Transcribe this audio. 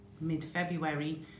mid-February